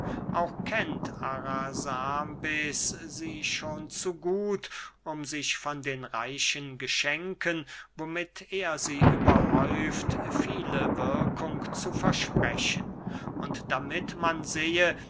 auch kennt arasambes sie schon zu gut um sich von den reichen geschenken womit er sie überhäuft viele wirkung zu versprechen und damit man sehe